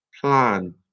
plan